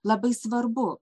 labai svarbu